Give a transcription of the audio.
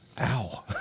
Ow